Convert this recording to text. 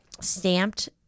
Stamped